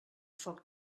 foc